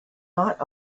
not